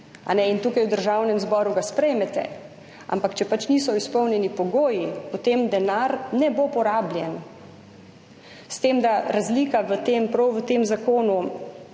in tukaj v Državnem zboru ga sprejmete, ampak če niso izpolnjeni pogoji, potem denar ne bo porabljen. S tem da je razlika prav v tem zakonu